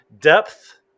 depth